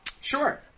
Sure